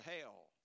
hell